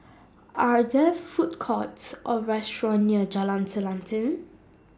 Are There Food Courts Or restaurants near Jalan Selanting